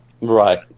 Right